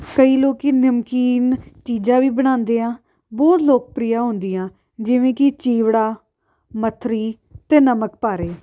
ਕਈ ਲੋਕ ਨਮਕੀਨ ਚੀਜ਼ਾਂ ਵੀ ਬਣਾਉਂਦੇ ਆ ਬਹੁਤ ਲੋਕਪ੍ਰਿਯ ਹੁੰਦੀਆਂ ਜਿਵੇਂ ਕਿ ਚੀਵੜਾ ਮਥੁਰੀ ਅਤੇ ਨਮਕਪਾਰੇ